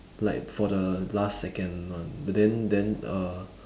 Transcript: like for the last second one but then then uh